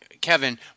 Kevin